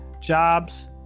Jobs